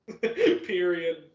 Period